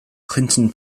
clinton